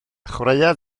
chwaraea